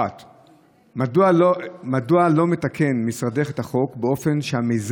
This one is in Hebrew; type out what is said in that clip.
1. מדוע לא מתקן משרדך את החוק באופן שהמיזם